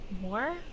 more